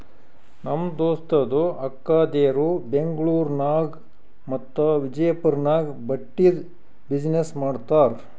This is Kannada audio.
ನಮ್ ದೋಸ್ತದು ಅಕ್ಕಾದೇರು ಬೆಂಗ್ಳೂರ್ ನಾಗ್ ಮತ್ತ ವಿಜಯಪುರ್ ನಾಗ್ ಬಟ್ಟಿದ್ ಬಿಸಿನ್ನೆಸ್ ಮಾಡ್ತಾರ್